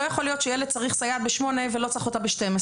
לא יכול להיות שילד צריך סייעת ב-08:00 ולא צריך אותה ב-12:00.